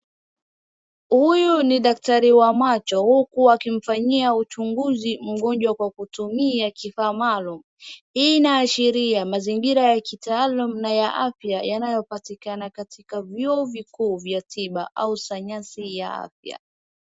Huyu ni daktari wa macho huku akimfanyia uchunguzi mgonjwa kwa kutumia kipamalo, hii inaashiria mazingira ya kitaalamu ya afya yanayopatikana katika vyuo vikuu vya tiba au sayansi ya afya.